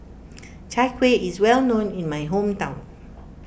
Chai Kuih is well known in my hometown